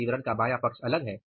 इस विवरण का बायां पक्ष अलग है